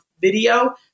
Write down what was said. video